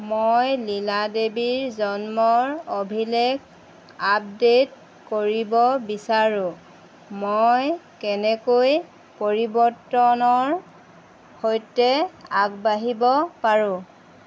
মই লীলা দেৱীৰ জন্মৰ অভিলেখ আপডেট কৰিব বিচাৰোঁ মই কেনেকৈ পৰিৱৰ্তনৰ সৈতে আগবাঢ়িব পাৰো